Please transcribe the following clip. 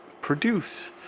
produce